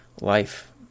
life